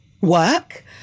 work